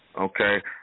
Okay